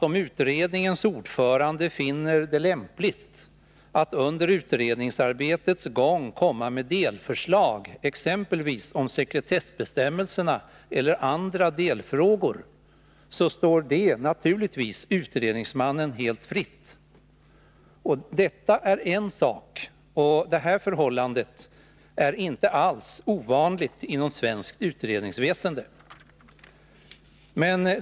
Om utredningsmannen finner det lämpligt att under utredningsarbetets gång komma med delförslag, exempelvis om sekretessbestämmelserna, står det naturligtvis honom helt fritt att göra det. Ett sådant förfarande är inte alls ovanligt inom svenskt utredningsväsende.